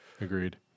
Agreed